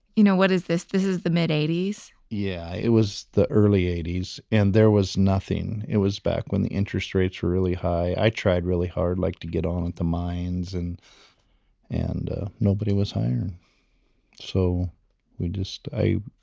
you know what is this, this is the mid eighty s? yeah it was the early eighty s and there was nothing. it was back when the interest rates were really high. i tried really hard like to get on in the mines and and nobody was hi um so we just i,